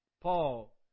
Paul